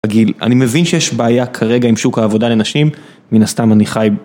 גיל, אני מבין שיש בעיה כרגע עם שוק העבודה לנשים, מן הסתם אני חי